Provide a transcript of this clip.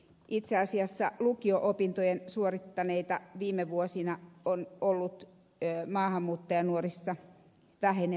itse asiassa lukio opintojen suorittaneita viime vuosina on ollut maahanmuuttajanuorissa vähenevä määrä